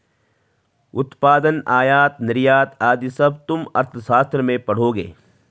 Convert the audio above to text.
उत्पादन, आयात निर्यात आदि सब तुम अर्थशास्त्र में पढ़ोगे